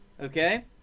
Okay